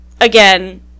Again